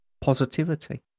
positivity